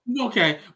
okay